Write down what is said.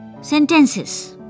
sentences